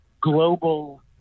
global